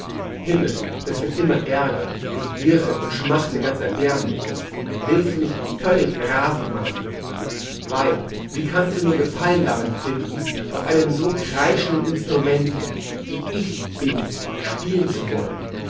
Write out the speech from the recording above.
himmel das wird immer ärger ich girre und schmachte ganz erbärmlich willst du mich völlig rasend machen weib wie kannst du nur gefallen daran finden auf einem so kreischenden instrumente wie ich bin spielen zu wollen